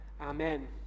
Amen